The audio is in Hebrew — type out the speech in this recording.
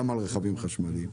גם על רכבים חשמליים.